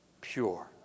pure